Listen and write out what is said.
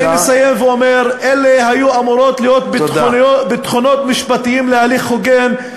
אני מסיים ואומר: אלה היו אמורים להיות ביטחונות משפטיים להליך הוגן,